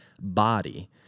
body